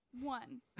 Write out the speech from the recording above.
One